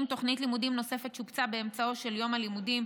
"אם תוכנית לימודים נוספת שובצה באמצעו של יום הלימודים,